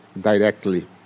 directly